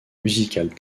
musical